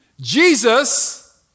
Jesus